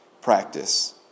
practice